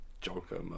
Joker